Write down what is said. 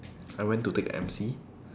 I went to take M_C